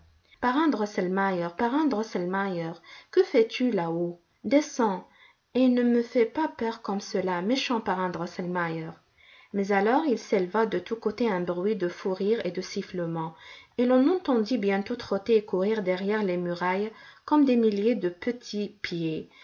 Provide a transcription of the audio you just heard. plaintive parrain drosselmeier parrain drosselmeier que fais-tu là-haut descends et ne me fais pas peur comme cela méchant parrain drosselmeier mais alors il s'éleva de tous côtés un bruit de fous rires et de sifflements et l'on entendit bientôt trotter et courir derrière les murailles comme des milliers de petits pieds